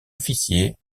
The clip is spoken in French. officier